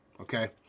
Okay